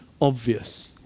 obvious